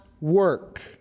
work